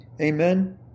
Amen